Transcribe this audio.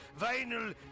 vinyl